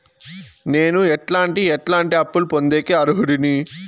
నేను ఎట్లాంటి ఎట్లాంటి అప్పులు పొందేకి అర్హుడిని?